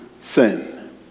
sin